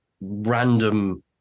random